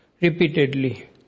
repeatedly